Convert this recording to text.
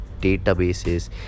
databases